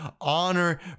honor